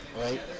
Right